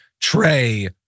Trey